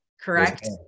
correct